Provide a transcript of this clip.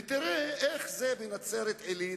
ותראה איך זה בנצרת-עילית,